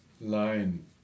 line